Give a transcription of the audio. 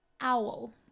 Owl